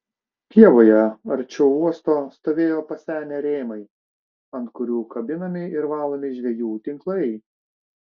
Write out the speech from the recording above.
pievoje arčiau uosto stovėjo pasenę rėmai ant kurių kabinami ir valomi žvejų tinklai